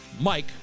Mike